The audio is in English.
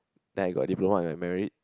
then I got diploma with like merit